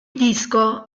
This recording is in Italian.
disco